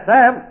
Sam